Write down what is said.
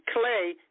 clay